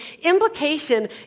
implication